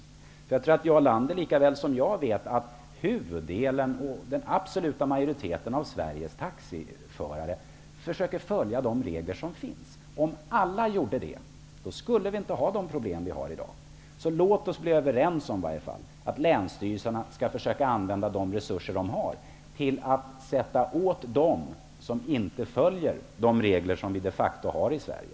Jag tror att Jarl Lander lika väl som jag vet att huvuddelen, den absoluta majoriteten, av Sveriges taxiförare försöker följa de regler som finns. Om alla gjorde det skulle vi inte ha de problem som vi har i dag. Låt oss i varje fall komma överens om att länsstyrelserna skall försöka använda sina resurser till att sätta åt dem som inte följer de regler som vi de facto har i Sverige.